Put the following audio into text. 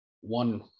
one